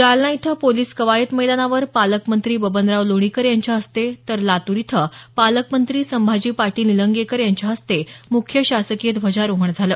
जालना इथं पोलीस कवायत मैदानावर पालकमंत्री बबनराव लोणीकर यांच्या हस्ते तर लातूर इथं पालकमंत्री संभाजी पाटील निलंगेकर यांच्या हस्ते मुख्य शासकीय ध्वजारोहण झालं